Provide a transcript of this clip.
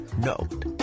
note